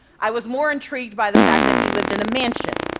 i was more intrigued by the fact that he lived in a mansion,